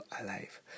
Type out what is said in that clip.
alive